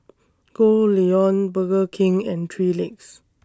Goldlion Burger King and three Legs